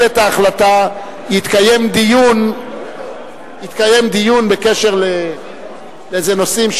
את ההחלטה יתקיים דיון בקשר לאיזה נושאים.